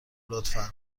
لطفا